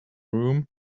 room